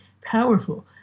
powerful